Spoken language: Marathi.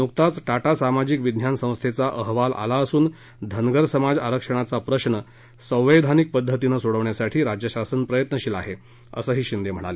नुकताच टाटा सामाजिक विज्ञान संस्थेचा अहवालही आला असून धनगर समाज आरक्षणाचा प्रश्न संवैधानिक पद्धतीनं सोडवण्यासाठी राज्य शासन प्रयत्नशील आहे असंही शिंदे म्हणाले